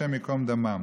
השם ייקום דמם.